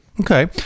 Okay